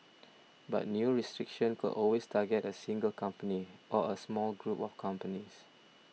but new restrictions could always target a single company or a small group of companies